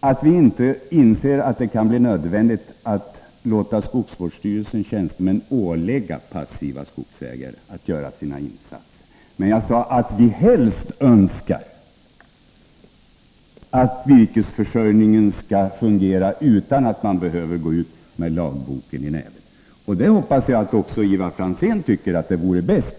att vi inte inser att det kan bli nödvändigt att låta skogsvårdsstyrelsens tjänstemän ålägga passiva skogsägare att göra sina insatser. I stället sade jag att vi helst önskar att virkesförsörjningen skall fungera utan att man behöver gå ut med lagboken i näven. Jag hoppas att även Ivar Franzén tycker att detta vore bäst.